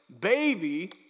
baby